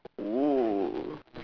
oh